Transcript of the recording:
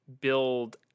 build